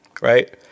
right